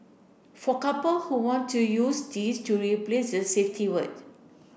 for couple who want to use this to replace the safety word